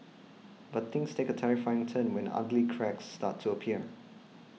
but things take a terrifying turn when ugly cracks started to appear